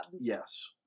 Yes